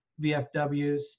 VFWs